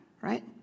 right